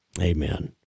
Amen